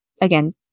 Again